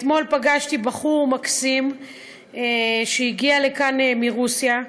אתמול פגשתי בחור מקסים שהגיע לכאן מרוסיה,